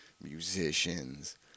musicians